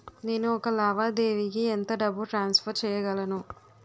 నేను ఒక లావాదేవీకి ఎంత డబ్బు ట్రాన్సఫర్ చేయగలను?